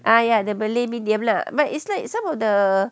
ah ya the malay medium lah but it's like some of the